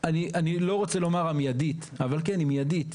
אני לא רוצה לומר המיידית, אבל כן היא מיידית,